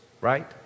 right